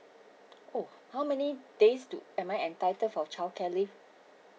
oh how many days to~ am I entitle for childcare leave